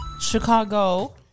Chicago